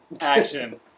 Action